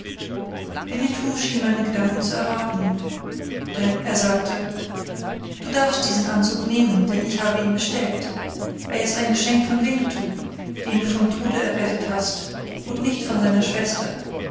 winnetou schien meine gedanken zu erraten er sagte du darfst diesen anzug nehmen denn ich habe ihn bestellt er ist ein geschenk von winnetou den du vom tode errettet hast und nicht von seiner schwester